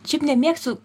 šiaip nemėgstu